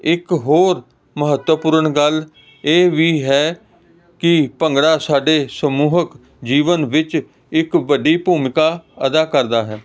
ਇੱਕ ਹੋਰ ਮਹੱਤਵਪੂਰਨ ਗੱਲ ਇਹ ਵੀ ਹੈ ਕਿ ਭੰਗੜਾ ਸਾਡੇ ਸਮੂਹਿਕ ਜੀਵਨ ਵਿੱਚ ਇੱਕ ਵੱਡੀ ਭੂਮਿਕਾ ਅਦਾ ਕਰਦਾ ਹੈ